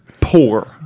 Poor